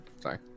Sorry